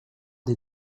des